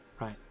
right